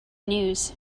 news